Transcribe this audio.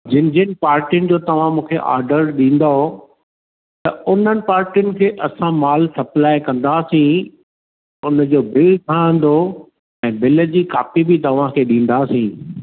जिन जिन पार्टियुनि जो तव्हां मूंखे आॉर्डर ॾींदव त उन्हनि पार्टियुनि खे असां माल सप्लाइ कंदासीं उन जो बिल ठहंदो ऐं बिल जी कापी बि तव्हां खे ॾींदासीं